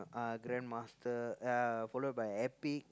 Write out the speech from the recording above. uh Grandmaster uh followed by Epic